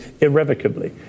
irrevocably